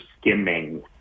skimming